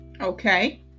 Okay